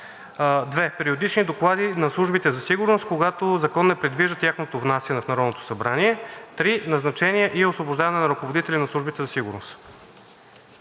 2. периодични доклади на службите за сигурност, когато закон не предвижда тяхното внасяне в Народното събрание; 3. назначения и освобождаване на ръководители на службите за сигурност.“